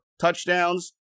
touchdowns